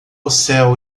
céu